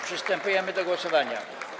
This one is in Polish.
Przystępujemy do głosowania.